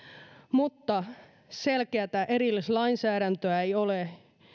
mutta selkeätä erillislainsäädäntöä ei ole